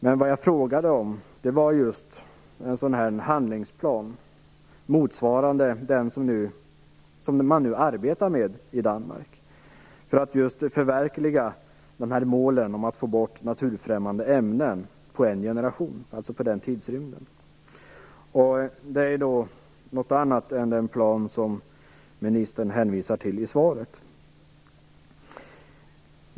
Men det jag frågade efter var just en sådan handlingsplan som den man nu arbetar med i Danmark, en plan för att förverkliga målet att få bort naturfrämmande ämnen på en generation. Det är något annat än den plan som ministern hänvisar till i svaret.